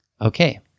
Okay